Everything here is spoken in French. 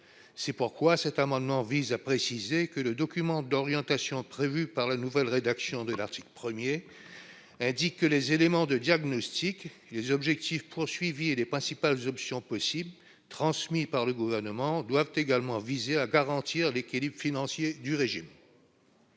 c'est pourquoi cet amendement vise à préciser que le document d'orientation prévue par la nouvelle rédaction de l'article 1er indique que les éléments de diagnostic, les objectifs poursuivis et les principales options possibles transmis par le gouvernement doivent également visé à garantir l'équilibre financier du régime.